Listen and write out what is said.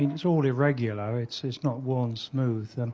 it's all irregular, it's it's not worn smooth.